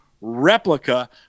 replica